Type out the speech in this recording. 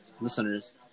listeners